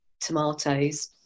tomatoes